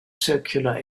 circular